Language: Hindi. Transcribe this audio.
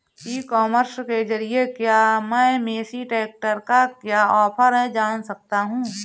ई कॉमर्स के ज़रिए क्या मैं मेसी ट्रैक्टर का क्या ऑफर है जान सकता हूँ?